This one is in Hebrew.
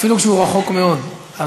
אפילו כשהוא רחוק מאוד.